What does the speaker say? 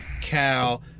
Cal